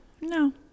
no